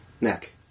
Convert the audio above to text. Neck